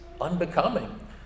unbecoming